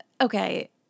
Okay